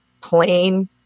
plain